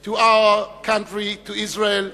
to our country, to Israel,